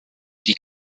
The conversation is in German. die